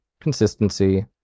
consistency